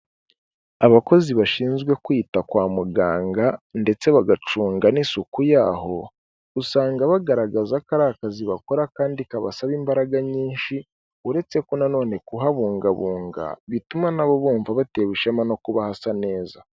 Abakozi bashinzwe kwita kwa muganga ndetse bagacunga n'isuku yaho, usanga bagaragaza ko ari akazi bakora kandi kabasaba imbaraga nyinshi uretse ko nanone kuhabungabunga bituma na bo bumva batewe ishema no kuba hasa neza.